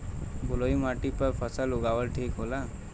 बलुई माटी पर फसल उगावल ठीक होला?